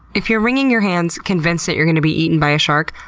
if you're wringing your hands convinced that you're gonna be eaten by a shark,